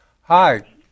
Hi